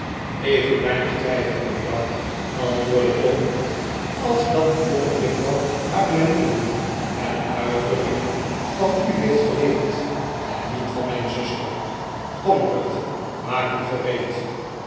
even weinig twijfel mevrouw antwoordde tom als dat die jongejuffrouw haar manieren en uitdrukkingen van u heeft geleerd en niet van mijn zuster kom ruth maak u gereed